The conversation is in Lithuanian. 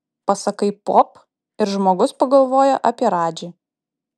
pasakai pop ir žmogus pagalvoja apie radžį